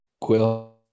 quill